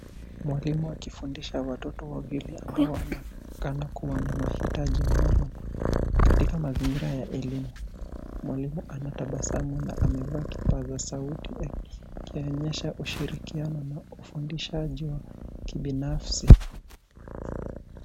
Mwalimu akifundisha watoto wawili ambao wanaonekana kuwa na mahitaji maalum katika mazingira ya elimu. Mwalimu anatabasamu na amevaa kipasa sauti akionyesha ushirikiano na ufundishaji wa kibinafsi.